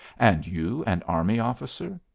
and you an army officer?